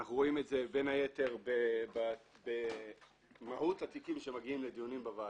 אנחנו רואים את זה בין היתר במהות התיקים שמגיעים לוועדה,